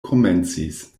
komencis